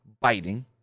biting